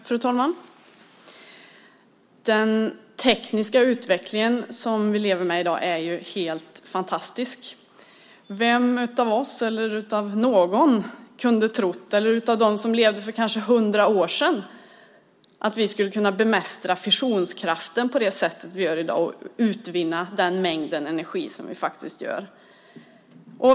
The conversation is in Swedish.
Fru talman! Den tekniska utveckling som vi lever med i dag är helt fantastisk! Vem av oss - eller av dem som levde för kanske hundra år sedan - kunde ha trott att vi skulle kunna bemästra fissionskraften på det sätt vi gör i dag och utvinna den mängd energi som vi faktiskt gör?